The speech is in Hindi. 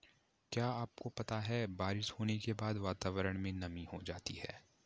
क्या आपको पता है बारिश होने के बाद वातावरण में नमी हो जाती है?